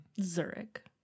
Zurich